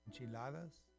Enchiladas